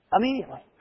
Immediately